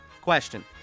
question